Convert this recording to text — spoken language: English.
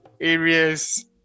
areas